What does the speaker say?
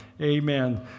Amen